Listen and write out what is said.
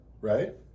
Right